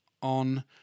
on